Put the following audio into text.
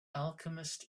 alchemist